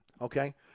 okay –